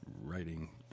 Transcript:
writing